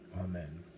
Amen